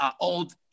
old